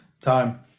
time